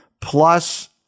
Plus